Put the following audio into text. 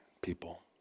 people